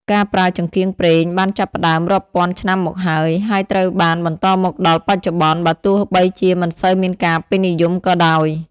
ការប្រើចង្កៀងប្រេងបានចាប់ផ្តើមរាប់ពាន់ឆ្នាំមកហើយ ហើយត្រូវបានបន្តមកដល់បច្ចុប្បន្នបើទោះបីជាមិនសូវមានការពេញនិយមក៏ដោយ។